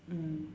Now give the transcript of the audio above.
mm